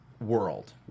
world